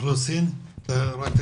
מינהל האוכלוסין בבקשה.